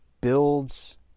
builds